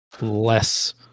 less